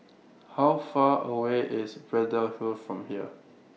How Far away IS Braddell Hill from here